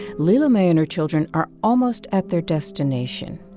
lela mae and her children are almost at their destination,